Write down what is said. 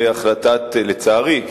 לצערי,